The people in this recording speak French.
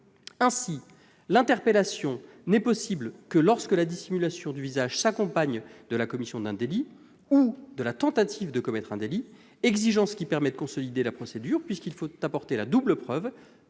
Ainsi, l'interpellation n'est possible que lorsque la dissimulation du visage s'accompagne de la commission d'un délit ou de la tentative de commettre un délit, exigence qui permet de consolider la procédure, puisqu'il faut apporter une double preuve